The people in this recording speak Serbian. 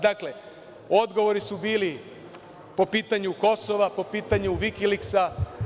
Dakle, odgovori su bili po pitanju Kosova, po pitanju Vikiliksa.